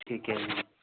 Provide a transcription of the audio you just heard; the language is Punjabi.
ਠੀਕ ਐ ਜੀ